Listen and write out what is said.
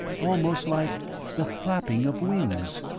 almost like the flapping of wings.